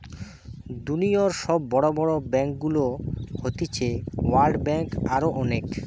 দুনিয়র সব বড় বড় ব্যাংকগুলো হতিছে ওয়ার্ল্ড ব্যাঙ্ক, আরো অনেক